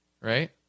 right